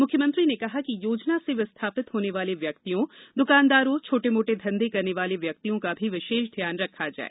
मुख्यमंत्री ने कहा कि योजना से विस्थापित होने वाले व्यक्तियों दुकानदारों छोटे मोटे घंधे करने वाले व्यक्तियों का भी विशेष ध्यान रखा जाये